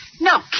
No